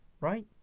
right